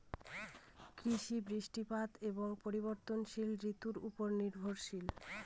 কৃষি বৃষ্টিপাত এবং পরিবর্তনশীল ঋতুর উপর নির্ভরশীল